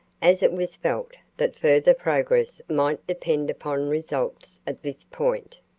as it was felt that further progress must depend upon results at this point.